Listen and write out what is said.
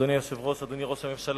אדוני היושב-ראש, אדוני ראש הממשלה,